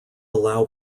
allow